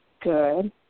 Good